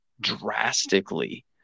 drastically